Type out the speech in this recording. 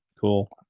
Cool